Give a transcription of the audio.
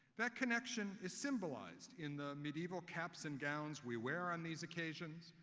that connection is symbolized in the medieval caps and gowns we wear on these occasions,